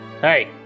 Hey